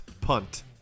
Punt